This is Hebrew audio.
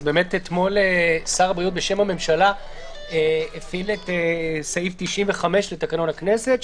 אז אתמול שר הבריאות בשם הממשלה הפעיל את סעיף 95 לתקנון הכנסת,